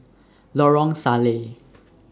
Lorong Salleh